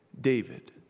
David